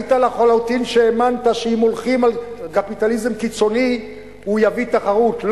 טעית לחלוטין כשהאמנת שאם הולכים על קפיטליזם קיצוני הוא יביא תחרות.